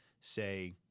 say